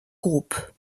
groupe